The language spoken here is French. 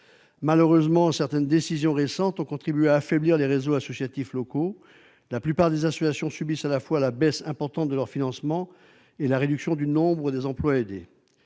Malheureusement, certaines décisions récentes ont conduit à affaiblir les réseaux associatifs locaux. La plupart des associations subissent à la fois la baisse importante de leurs financements et la réduction du nombre des emplois aidés.